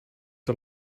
her